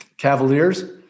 cavaliers